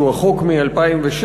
שהוא החוק מ-2006,